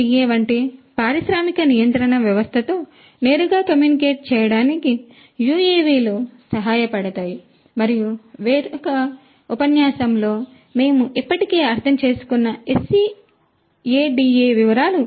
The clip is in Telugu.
SCADA వంటి పారిశ్రామిక నియంత్రణ వ్యవస్థతో నేరుగా కమ్యూనికేట్ చేయడానికి UAV లు సహాయపడతాయి మరియు మరొక ఉపన్యాసంలో మేము ఇప్పటికే అర్థం చేసుకున్న SCADA వివరాలు